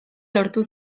lortu